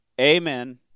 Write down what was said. Amen